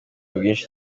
bwinshi